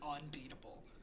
unbeatable